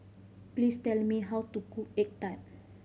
please tell me how to cook egg tart